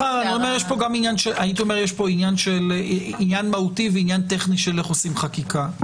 יש פה עניין מהותי ועניין טכני של איך עושים חקיקה.